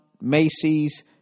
Macy's